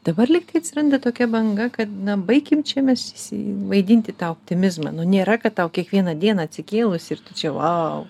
dabar lygtai atsiranda tokia banga kad na baikim čia mes visi vaidinti tą optimizmą nu nėra kad tau kiekvieną dieną atsikėlus ir tu čia vau